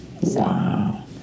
wow